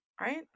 right